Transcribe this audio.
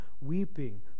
weeping